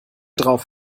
drauf